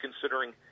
considering